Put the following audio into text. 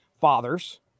fathers